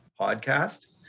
podcast